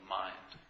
mind